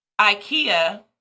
IKEA